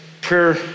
prayer